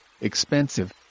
Expensive